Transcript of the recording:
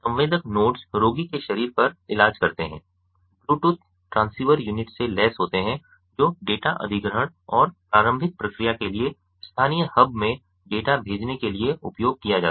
संवेदक नोड्स रोगी के शरीर पर इलाज करते हैं और ब्लूटूथ ट्रांसीवर यूनिट से लैस होते हैं जो डेटा अधिग्रहण और प्रारंभिक प्रक्रिया के लिए स्थानीय हब में डेटा भेजने के लिए उपयोग किया जाता है